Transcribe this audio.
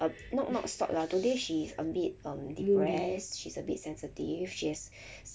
um not not sot lah today she's a bit um depressed she's a bit sensitive she's she